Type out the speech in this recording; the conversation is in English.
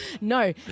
No